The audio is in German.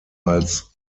als